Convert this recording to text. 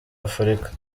afurika